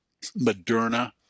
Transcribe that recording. Moderna